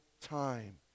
time